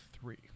three